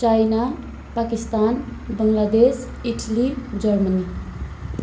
China Pakistan Bangladesh Italy Germany